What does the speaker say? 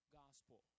gospel